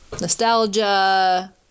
nostalgia